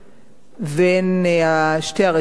בין שתי הרשתות,